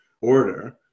order